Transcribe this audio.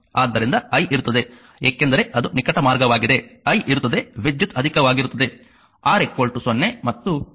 ಆದ್ದರಿಂದ I ಇರುತ್ತದೆ ಏಕೆಂದರೆ ಅದು ನಿಕಟ ಮಾರ್ಗವಾಗಿದೆ i ಇರುತ್ತದೆ ವಿದ್ಯುತ್ ಅಧಿಕವಾಗಿರುತ್ತದೆ ಆದರೆ R 0